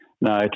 No